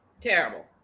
Terrible